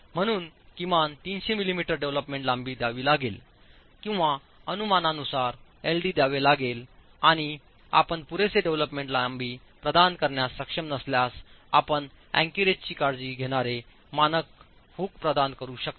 म्हणून किमान 300 मिमी डेव्हलपमेंट लांबी द्यावी लागेल किंवाअनुमानानुसारएलडी द्यावे लागेलआणि आपण पुरेसे डेव्हलपमेंट लांबी प्रदान करण्यास सक्षम नसल्यास आपण अँकरोरेजची काळजी घेणारे मानक हुक प्रदान करू शकता